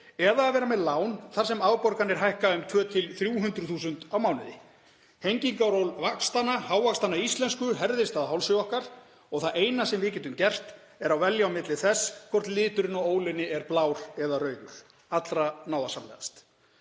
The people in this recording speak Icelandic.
eða að vera með lán þar sem afborganir hækka um 200.000–300.000 á mánuði. Hengingaról hávaxtanna íslensku herðist að hálsi okkar og það eina sem við getum gert er að velja á milli þess hvort liturinn á ólinni er blár eða rauður, allra náðarsamlegast.